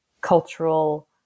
cultural